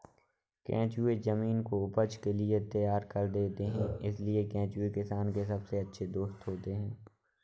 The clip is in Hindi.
केंचुए जमीन को उपज के लिए तैयार कर देते हैं इसलिए केंचुए किसान के सबसे अच्छे दोस्त होते हैं